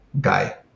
guy